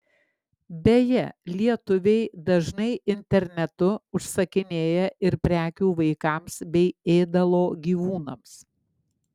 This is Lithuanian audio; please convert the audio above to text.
beje lietuviai dažnai internetu užsisakinėja ir prekių vaikams bei ėdalo gyvūnams